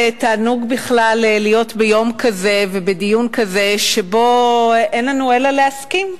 תענוג בכלל להיות ביום כזה ובדיון כזה שבו אין לנו אלא להסכים.